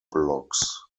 blocks